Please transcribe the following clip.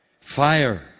fire